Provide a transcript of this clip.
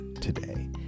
today